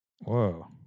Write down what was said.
Whoa